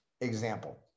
Example